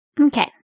Okay